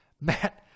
Matt